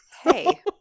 Hey